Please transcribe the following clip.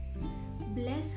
Bless